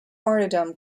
martyrdom